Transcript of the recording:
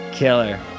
killer